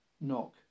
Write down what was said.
knock